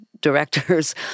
directors